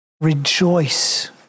rejoice